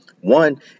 One